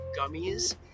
gummies